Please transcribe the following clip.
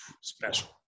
special